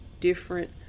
different